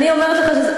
אני אומרת לך,